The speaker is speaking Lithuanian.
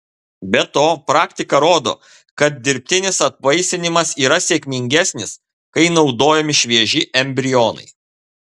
be to praktika rodo kad dirbtinis apvaisinimas yra sėkmingesnis kai naudojami švieži embrionai